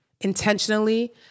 intentionally